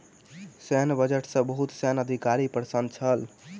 सैन्य बजट सॅ बहुत सैन्य अधिकारी प्रसन्न छल